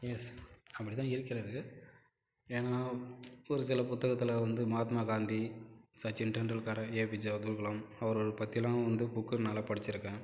yes அப்படி தான் இருக்கிறது ஏன்னா ஒரு சில புத்தகத்தில் வந்து மகாத்மா காந்தி சச்சின் டெண்டுல்கரை ஏபிஜே அப்துல்கலாம் அவர்கள் பற்றிலாம் வந்து புக்கில் நல்லா படிச்சிருக்கேன்